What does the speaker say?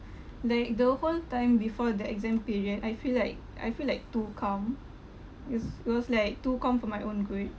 like the whole time before the exam period I feel like I feel like too calm is it was like too calm for my own good